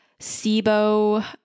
SIBO